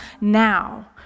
now